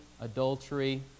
adultery